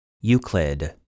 Euclid